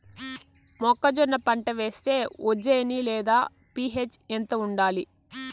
మొక్కజొన్న పంట వేస్తే ఉజ్జయని లేదా పి.హెచ్ ఎంత ఉండాలి?